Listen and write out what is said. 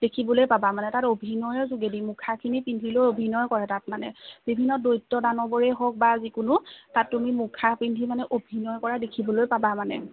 দেখিবলৈ পাবা মানে তাত অভিনয়ৰ যোগেদি মুখাখিনি পিন্ধি লৈ অভিনয় কৰে তাত মানে বিভিন্ন দৈত্য দানৱৰে হওক বা যিকোনো তাত তুমি মুখা পিন্ধি মানে অভিনয় কৰা দেখিবলৈ পাবা মানে